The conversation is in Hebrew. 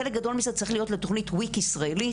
חלק גדול מזה צריך להיות לתוכנית וויק ישראלית,